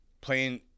playing